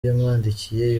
yamwandikiye